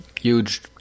huge